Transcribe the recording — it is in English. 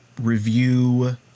review